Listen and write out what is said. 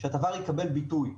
שהדבר יקבל ביטוי.